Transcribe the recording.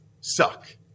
suck